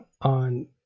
on